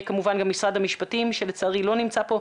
כמובן גם משרד המשפטים שלצערי לא נמצא פה,